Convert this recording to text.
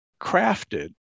crafted